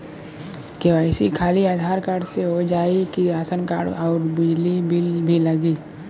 KYC खाली Aadhaar card से हो जाए कि राशन कार्ड अउर बिजली बिल भी लगी?